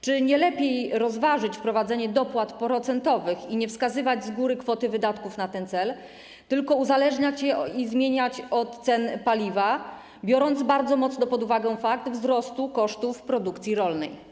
Czy nie lepiej rozważyć wprowadzenie dopłat procentowych i nie wskazywać z góry kwoty wydatków na ten cel, tylko uzależniać ich wysokość i jej zmianę od cen paliwa, biorąc bardzo mocno pod uwagę fakt wzrostu kosztów produkcji rolnej?